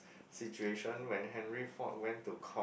situation when Henry Ford went to court